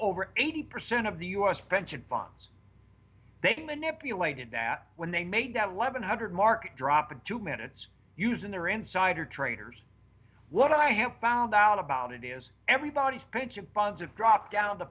over eighty percent of the us pension funds they manipulated that when they made that levon hundred market drop into minutes using their insider traders what i have found out about it is everybody's pension funds have dropped